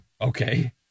Okay